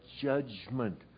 judgment